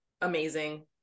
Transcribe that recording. amazing